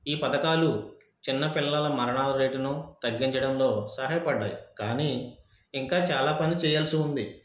ఈ పథకాలు చిన్నపిల్లల మరణాల రేటును తగ్గించడంలో సహాయపడ్డాయి కానీ ఇంకా చాలా పనులు చేయాల్సి ఉంది